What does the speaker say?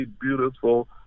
beautiful